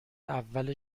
اول